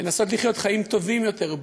לנסות לחיות חיים טובים יותר,